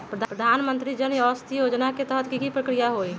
प्रधानमंत्री जन औषधि योजना के तहत की की प्रक्रिया होई?